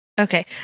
Okay